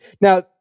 Now